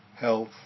health